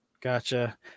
Gotcha